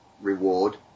reward